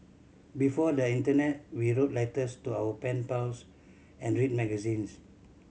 before the internet we wrote letters to our pen pals and read magazines